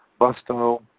Busto